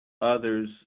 others